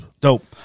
Dope